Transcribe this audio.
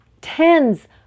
tens